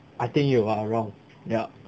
I think you are wrong yup